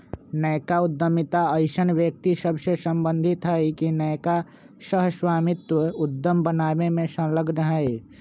नयका उद्यमिता अइसन्न व्यक्ति सभसे सम्बंधित हइ के नयका सह स्वामित्व उद्यम बनाबे में संलग्न हइ